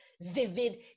vivid